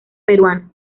peruana